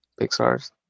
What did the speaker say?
Pixar's